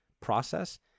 process